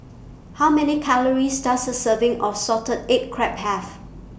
How Many Calories Does A Serving of Salted Egg Crab Have